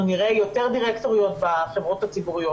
נראה יותר דירקטוריות בחברות הציבוריות.